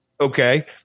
Okay